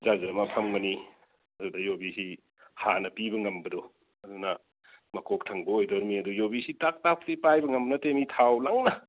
just ꯑꯃ ꯐꯝꯒꯅꯤ ꯑꯗꯨꯗ ꯌꯨꯕꯤꯁꯤ ꯍꯥꯟꯅ ꯄꯤꯕ ꯉꯝꯕꯗꯨ ꯑꯗꯨꯅ ꯃꯀꯣꯛ ꯊꯪꯕ ꯑꯣꯏꯗꯣꯔꯤꯕꯅꯤ ꯌꯨꯕꯤꯁꯤ ꯇꯥꯞ ꯇꯥꯞꯇꯤ ꯄꯥꯏꯕ ꯉꯝꯕ ꯅꯠꯇꯦ ꯃꯤ ꯊꯥꯎ ꯂꯪꯅ